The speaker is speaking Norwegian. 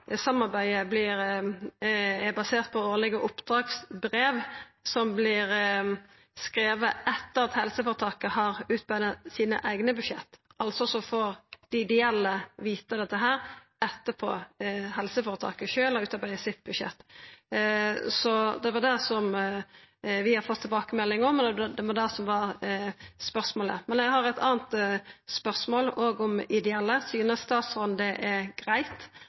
helseføretaket har utarbeidd sine eigne budsjett. Altså får dei ideelle vita dette etter at helseføretaka sjølve har utarbeidd sitt budsjett. Det er det vi har fått tilbakemelding om, og det var det som var spørsmålet. Men eg har eit anna spørsmål om ideelle. Synest statsråden det er